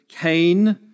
Cain